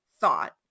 thought